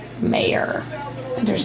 Mayor